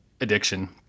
addiction